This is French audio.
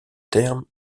terme